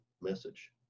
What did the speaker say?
message